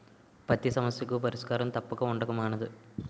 పతి సమస్యకు పరిష్కారం తప్పక ఉండక మానదు